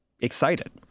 excited